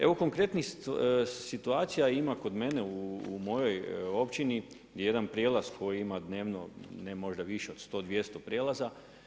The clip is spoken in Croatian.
Evo konkretnih situacija ima kod mene u mojoj općini, gdje je jedan prijelaz koji ima dnevno ne možda više 100, 200 prijelaza.